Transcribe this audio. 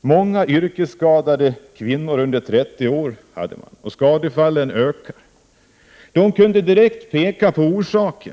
Man hade många yrkesskador på kvinnor under 30 år, och skadefallen ökar. Man kunde direkt peka på orsak